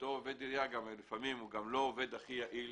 ואותו עובד עירייה לא תמיד הוא העובד הכי יעיל,